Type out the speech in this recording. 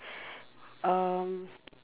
um